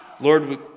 Lord